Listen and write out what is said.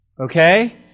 okay